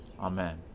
Amen